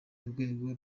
urwego